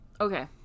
Okay